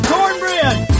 Cornbread